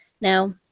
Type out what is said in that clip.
Now